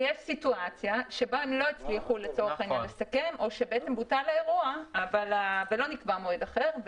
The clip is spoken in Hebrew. ויש סיטואציה שבה הם לא הצליחו לסכם או שבוטל האירוע ולא נקבע מועד אחר,